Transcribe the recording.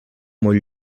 molt